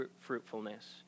fruitfulness